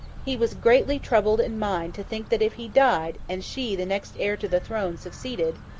he was greatly troubled in mind to think that if he died, and she, the next heir to the throne, succeeded,